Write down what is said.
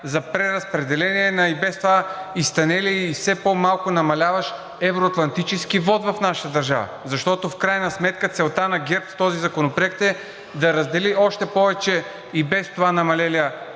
за преразпределение на и без това изтънелия и все по-малко намаляващ евро-атлантически вот в нашата държава, защото в крайна сметка целта на ГЕРБ с този законопроект е да раздели още повече и без това намалелия